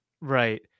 Right